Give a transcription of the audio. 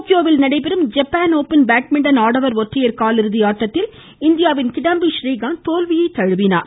டோக்கியோவில் நடைபெறும் Japan open badminton ஆடவர் ஒற்றையர் காலிறுதி ஆட்டத்தில் இந்தியாவின் கிடாம்பி ஸ்ரீகாந்த் தோல்வியை தழுவினார்